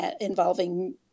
involving